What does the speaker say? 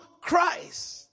Christ